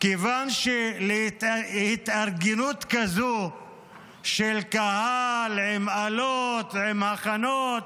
כיוון שהתארגנות כזאת של קהל, עם אלות, עם הכנות,